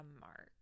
mark